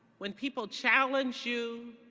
when people challenge you,